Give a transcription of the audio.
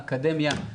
אקדמיים,